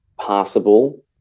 possible